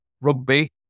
rugby